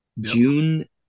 June